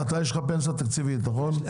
לך יש פנסיה תקציבית, נכון?